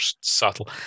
subtle